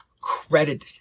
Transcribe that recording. credit